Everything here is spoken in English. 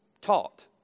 taught